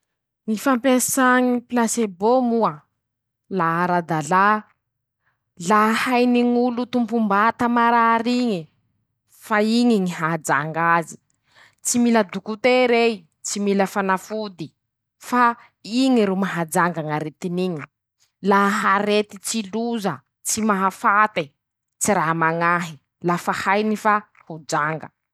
Ñy fampiasà ñy polasebô moa, la ara-dalà, la hainy ñ'olo tompom-bata marar'iñe, fa iñy ñy ahajang'azy, tsy mila dokotera ei, tsy mila fanafody fa iñy ro mahajanga ñ'aretin'iñy, laha arety tsy loza, tsy mahafate, tsy raha mañahy, lafa hainy fa ho jang<...>.